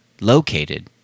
located